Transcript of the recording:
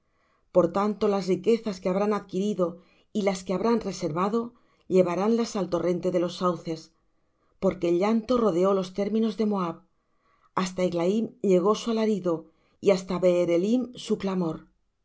por tanto las riquezas que habrán adquirido y las que habrán reservado llevaránlas al torrente de los sauces porque el llanto rodeó los términos de moab hasta eglaim llegó su alarido y hasta beer elim su clamor